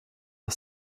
are